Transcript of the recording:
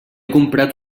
comprat